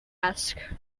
ask